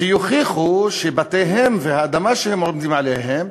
שיוכיחו שבתיהם והאדמה שהם עומדים עליה,